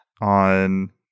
on